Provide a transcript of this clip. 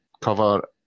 cover